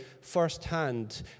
firsthand